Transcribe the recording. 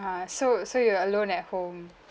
ah so so you were alone at home